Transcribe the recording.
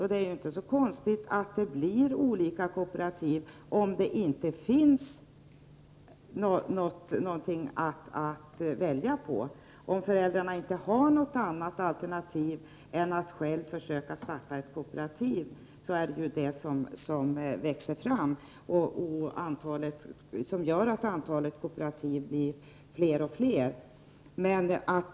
Och det är inte så konstigt att det uppstår olika kooperativ, om det inte finns någonting att välja på. Om föräldrarna inte har något annat alternativ än att själva försöka starta ett kooperativ, växer det ju fram fler och fler sådana.